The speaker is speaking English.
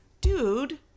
Dude